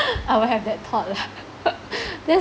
I will have that thought lah